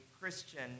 Christian